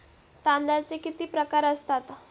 तांदळाचे किती प्रकार असतात?